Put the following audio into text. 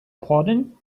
pardon